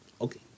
Okay